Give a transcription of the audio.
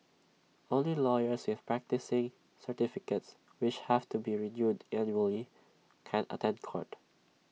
only lawyers with practising certificates which have to be renewed annually can attend court